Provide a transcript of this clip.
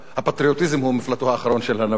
הפטריוטיזם הוא מפלטו האחרון של הנבל.